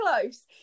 close